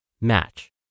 match